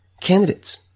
candidates